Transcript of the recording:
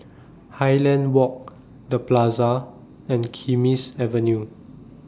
Highland Walk The Plaza and Kismis Avenue